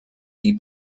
die